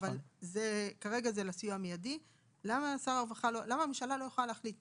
אז למה הממשלה לא יכולה להחליט על זה?